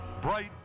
bright